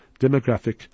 demographic